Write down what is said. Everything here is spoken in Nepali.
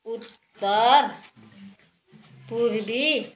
उत्तर पूर्वी